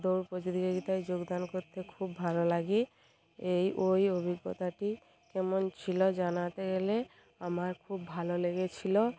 দৌড় প্রতিযোগিতায় যোগদান করতে খুব ভালো লাগে এই ওই অভিজ্ঞতাটি কেমন ছিল জানাতে গেলে আমার খুব ভালো লেগেছিল